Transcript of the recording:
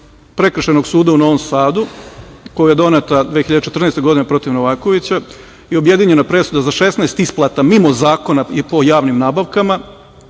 Prekršajnog suda u Novom Sadu, koja je doneta 2014. godine protiv Novakovića i objedinjena presuda za 16 isplata mimo Zakona o javnim nabavkama,